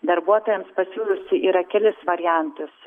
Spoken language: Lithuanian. darbuotojams pasiūliusi yra kelis variantus